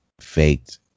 faked